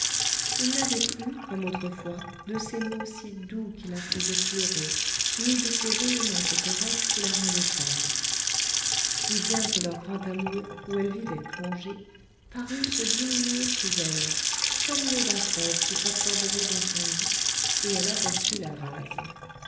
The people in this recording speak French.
il n'avait plus comme autrefois de ces mots si doux qui la faisaient pleurer ni de ces véhémentes caresses qui la rendaient folle si bien que leur grand amour où elle vivait plongée parut se diminuer sous elle comme l'eau d'un fleuve qui s'absorberait dans son lit et elle aperçut la vase